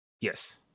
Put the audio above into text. Yes